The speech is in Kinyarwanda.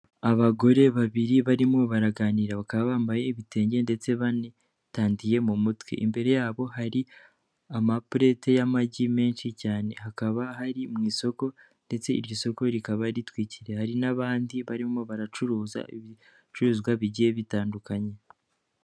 Abagore babiri barimo baraganira bakaba bambaye ibitenge ndetse bane, bitadiye mu mutwe, imbere yabo hari amaperete y'amagi menshi cyane hakaba hari mu isoko ndetse iryo soko rikaba ritwikiwe, hari n'abandi barimo baracuruza ibicuruzwa bigiye bitandukanye.